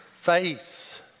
face